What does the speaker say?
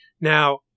Now